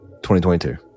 2022